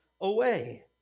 away